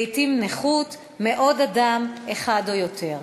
לעתים נכות, מעוד אדם אחד או יותר.